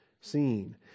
seen